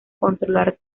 controlar